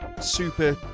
super